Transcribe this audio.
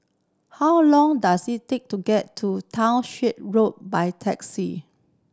how long does it take to get to Townshend Road by taxi